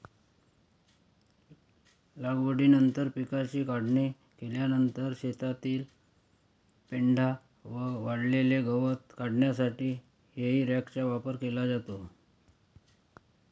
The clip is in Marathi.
लागवडीनंतर पिकाची काढणी केल्यानंतर शेतातील पेंढा व वाळलेले गवत काढण्यासाठी हेई रॅकचा वापर केला जातो